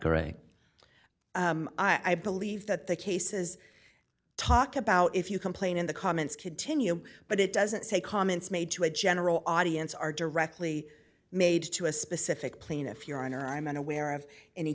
correct i believe that the cases talk about if you complain in the comments continue but it doesn't say comments made to a general audience are directly made to a specific plaintiff your honor i'm unaware of any